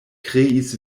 kreis